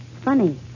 funny